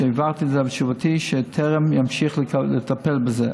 והבהרתי בתשובתי שטרם תמשיך לטפל בזה.